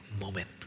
moment